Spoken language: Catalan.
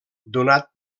donat